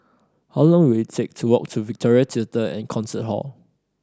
how long will it take to walk to Victoria Theatre and Concert Hall